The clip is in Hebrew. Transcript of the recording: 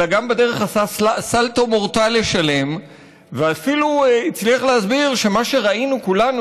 אלא בדרך גם עשה סלטה מורטלה שלם ואפילו הצליח להסביר שמה שראינו כולנו,